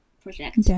project